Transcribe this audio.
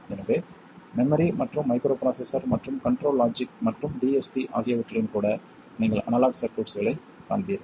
எனவே மெமரி மற்றும் மைக்ரோப்ரோஸ்ஸ்ஸர் மற்றும் கன்ட்ரோல் லாஜிக் மற்றும் டிஎஸ்பி ஆகியவற்றிலும் கூட நீங்கள் அனலாக் சர்க்யூட்ஸ்களைக் காண்பீர்கள்